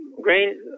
grain